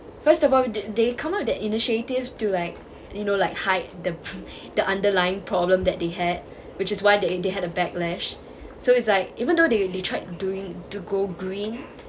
first of all th~ they come up with the initiative like you know like hide the the underlying problem that they had which is why they they had a backlash so it's like even though they they tried doing to go green